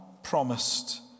promised